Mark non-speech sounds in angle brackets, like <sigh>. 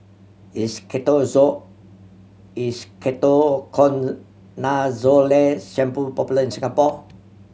is <unintelligible> is Ketoconazole Shampoo popular in Singapore